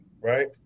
Right